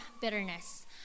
bitterness